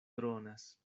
dronas